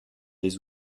des